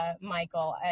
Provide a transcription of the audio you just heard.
Michael